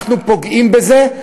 אנחנו פוגעים בזה,